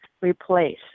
replace